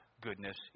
goodness